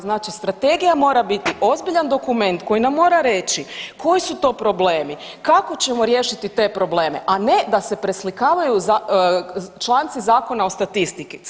Znači Strategija mora biti ozbiljan dokument koji nam mora reći koji su to problemi, kako ćemo riješiti te probleme, a ne da se preslikavaju članci Zakona o statistici.